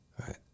Right